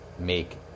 make